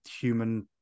human